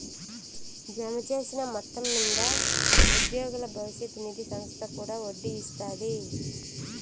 జమచేసిన మొత్తం మింద ఉద్యోగుల బవిష్యత్ నిది సంస్త కూడా ఒడ్డీ ఇస్తాది